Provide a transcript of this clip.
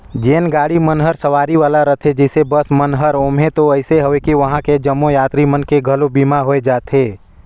जेन गाड़ी मन हर सवारी वाला रथे जइसे बस मन हर ओम्हें तो अइसे अवे कि वंहा के जम्मो यातरी मन के घलो बीमा होय जाथे